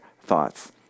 thoughts